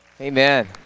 amen